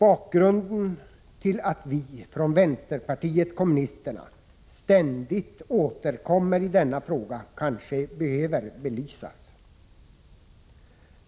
Anledningen till att vi från vänsterpartiet kommunisterna ständigt återkommer i denna fråga kanske behöver belysas.